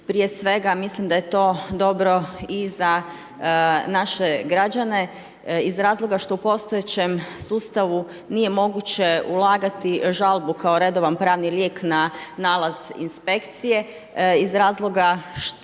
Prije svega mislim da je to dobro i za naše građane iz razloga što u postojećem sustavu nije moguće ulagati žalbu kao redovan pravni lijek na nalaz inspekcije,